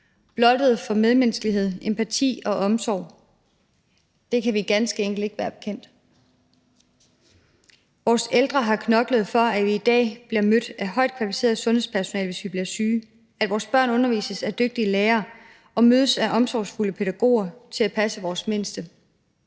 blottet for medmenneskelighed, empati og omsorg. Det kan vi ganske enkelt ikke være bekendt. Vores ældre har knoklet, for at vi i dag bliver mødt af højt kvalificeret sundhedspersonale, hvis vi bliver syge, for at vores børn undervises af dygtige lærere og vores mindste passes af omsorgsfulde pædagoger. Det er set i det